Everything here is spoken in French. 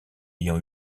ayant